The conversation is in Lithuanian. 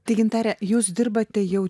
tai gintare jūs dirbate jau